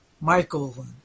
Michael